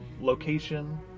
location